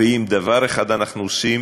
ואם דבר אחד אנחנו עושים,